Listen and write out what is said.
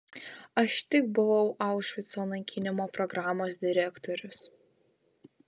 aš tik buvau aušvico naikinimo programos direktorius